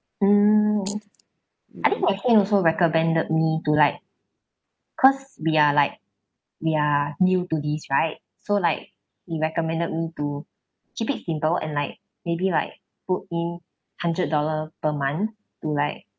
mm I think my friend also recommended me to like cause we are like we are new to this right so like he recommended me to keep it simple and like maybe like put in hundred dollar per month to like uh